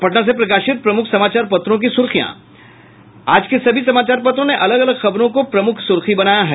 अब पटना से प्रकाशित प्रमुख समाचार पत्रों की सुर्खियां आज के सभी समाचार पत्रों ने अलग अलग खबरों को प्रमुख सुर्खी बनाया है